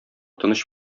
тыныч